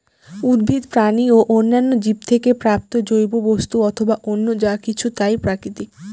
উদ্ভিদ, প্রাণী ও অন্যান্য জীব থেকে প্রাপ্ত জৈব বস্তু অথবা অন্য যা কিছু তাই প্রাকৃতিক